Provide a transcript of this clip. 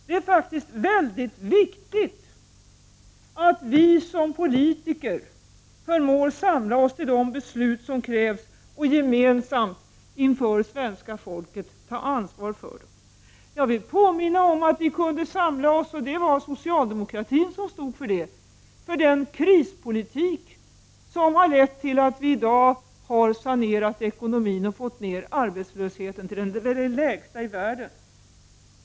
Det är mycket viktigt att vi som politiker förmår samla oss till de beslut som krävs och gemensamt tar ansvar inför svenska folket. Jag vill påminna om att vi kunde samla oss — det var socialdemokratin som stod för det — kring den krispolitik som har lett till att vi i dag har sanerat ekonomin och fått världens lägsta arbetslöshet.